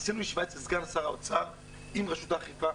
עשינו ישיבה אצל סגן שר האוצר עם רשות האכיפה,